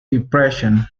depression